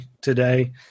today